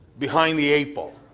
behind the eight ball.